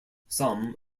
some